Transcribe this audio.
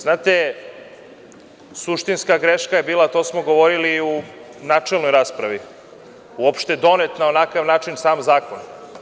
Znate, suštinska greška je bila, to smo govorili i u načelnoj raspravi, uopšte donet na onakav način sam zakon.